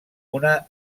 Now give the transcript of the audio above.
una